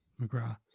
McGrath